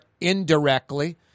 indirectly